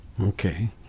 Okay